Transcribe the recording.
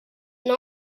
and